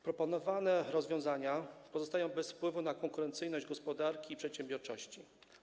Proponowane rozwiązania pozostają bez wpływu na konkurencyjność gospodarki i przedsiębiorczość.